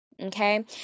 Okay